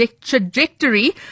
trajectory